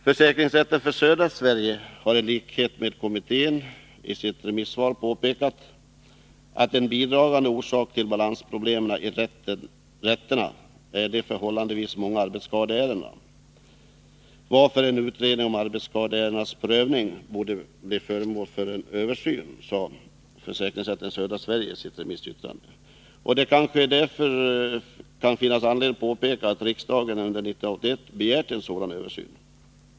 Försäkringsrätten för Södra Sverige har i sitt remissvar i likhet med kommittén påpekat att en bidragande orsak till balansproblemen i rätterna är de förhållandevis många arbetsskadeärendena, varför dessa ärendens prövning borde bli föremål för översyn. Det kanske därför kan finnas anledning påpeka att riksdagen under 1981 har begärt en sådan översyn.